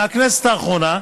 מהכנסת האחרונה.